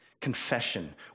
confession